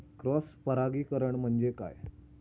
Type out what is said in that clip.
Cross परागीकरण म्हणजे काय?